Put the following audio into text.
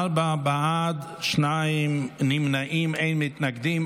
ארבעה בעד, שניים נמנעים, אין מתנגדים.